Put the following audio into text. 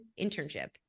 internship